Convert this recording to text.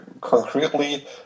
concretely